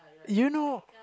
you know